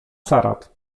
carat